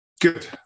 Good